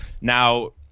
now